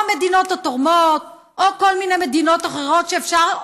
או המדינות התורמות או כל מיני מדינות אחרות שאפשר,